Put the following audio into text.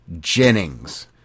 jennings